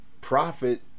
profit